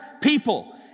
people